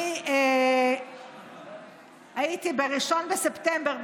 אני הייתי ב-1 בספטמבר,